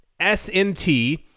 SNT